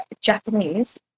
Japanese